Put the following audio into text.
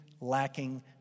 lacking